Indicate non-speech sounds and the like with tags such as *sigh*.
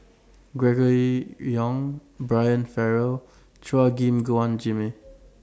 Gregory Yong Brian Farrell Chua Gim Guan Jimmy *noise*